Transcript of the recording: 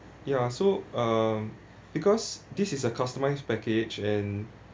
ya so um because this is a customised package and